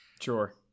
Sure